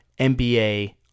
NBA